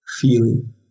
feeling